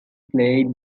played